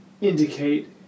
indicate